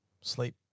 sleep